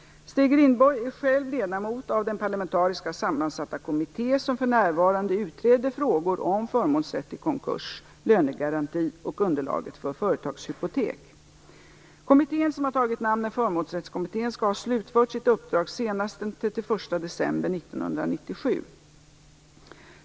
Stig Rindborg är själv ledamot av den parlamentariskt sammansatta kommitté som för närvarande utreder frågor om förmånsrätt i konkurs, lönegaranti och underlaget för företagshypotek. Kommittén, som har tagit namnet Förmånsrättskommittén, skall ha slutfört sitt uppdrag senast den 31 december 1997.